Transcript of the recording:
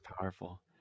powerful